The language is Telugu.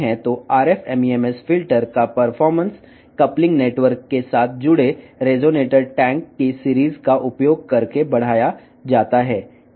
ఇప్పుడు RF MEMS ఫిల్టర్ విషయంలో మీరు చూస్తే కప్లింగ్ నెట్వర్క్తో కలిసి అనుసంధానించబడిన రెసొనేటర్ ట్యాంకుల శ్రేణిని ఉపయోగించడం ద్వారా RF MEMS ఫిల్టర్ పనితీరు మెరుగుపడుతుంది